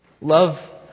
Love